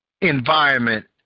environment